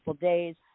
days